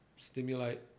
stimulate